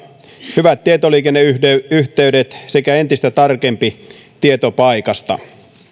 hyvät tietoliikenneyhteydet sekä entistä tarkempi tieto paikasta